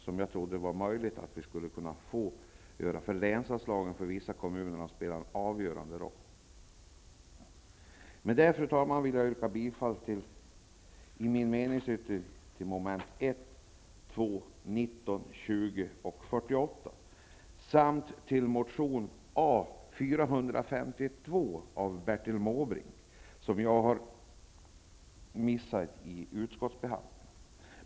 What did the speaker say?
Det trodde jag var möjligt för oss att få göra, för länsanslagen spelar för vissa kommuner en avgörande roll. Med detta, fru talman, vill jag yrka bifall till min meningsyttring avseende mom. 1, 2, 19, 20 och 48 samt till motion A452 av Bertil Måbrink. Den har jag missat i utskottsbehandlingen.